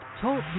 Talk